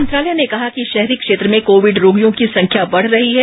मंत्रालय ने कहा कि शहरी क्षेत्रों में कोविड रोगियों की संख्या बढ़ रही है